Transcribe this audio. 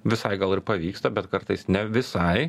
visai gal ir pavyksta bet kartais ne visai